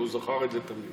אבל הוא זכר את זה תמיד.